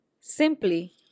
simply